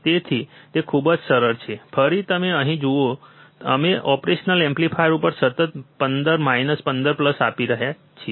તેથી તે ખૂબ જ સરળ છે ફરી તમે અહીં જુઓ અમે ઓપરેશનલ એમ્પ્લીફાયર ઉપર સતત 15 માઇનસ 15 પ્લસ આપી રહ્યા છીએ